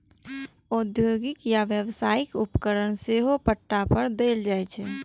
औद्योगिक या व्यावसायिक उपकरण सेहो पट्टा पर देल जाइ छै